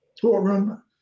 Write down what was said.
courtroom